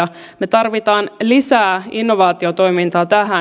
me tarvitsemme lisää innovaatiotoimintaa tähän